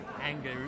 anger